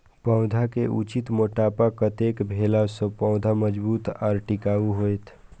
पौधा के उचित मोटापा कतेक भेला सौं पौधा मजबूत आर टिकाऊ हाएत?